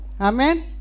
Amen